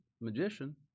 magician